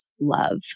love